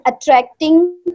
attracting